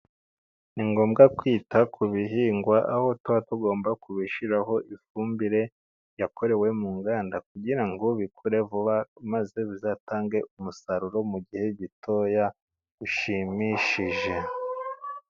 Ni ngombwa kwita ku bihingwa aho tuba tugomba kubishyiraho ifumbire yakorewe mu nganda kugira ngo bikure vuba maze bizatange umusaruro mu gihe gitoya bishimishije.